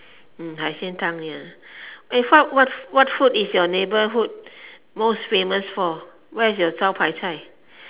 mm 海鲜汤 ya eh what what food is your neighborhood most famous for what is your 招牌菜